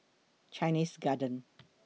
Chinese Garden